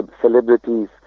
celebrities